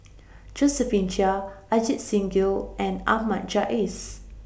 Josephine Chia Ajit Singh Gill and Ahmad Jais